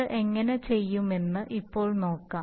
ഇത് എങ്ങനെ ചെയ്യുമെന്ന് ഇപ്പോൾ നോക്കാം